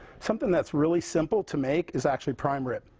something that's really simple to make is actually prime rib.